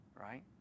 right